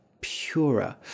purer